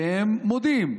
הם מודים.